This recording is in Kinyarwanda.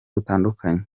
butandukanye